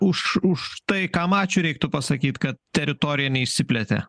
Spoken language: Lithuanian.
už už tai kam ačiū reiktų pasakyt kad teritorija neišsiplėtė